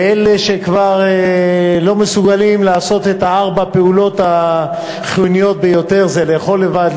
אלה שכבר לא מסוגלים לעשות את ארבע הפעולות החיוניות ביותר: לאכול לבד,